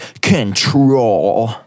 control